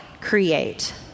create